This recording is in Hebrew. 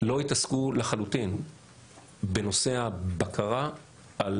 לא התעסקו לחלוטין בנושא הבקרה על